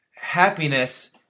happiness